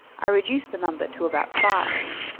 i reduced the number to about five.